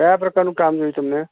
ક્યાં પ્રકારનું કામ જોઈએ તમને